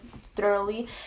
thoroughly